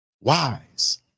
wise